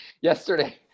yesterday